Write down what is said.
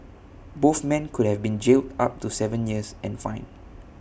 both men could have been jail up to Seven years and fine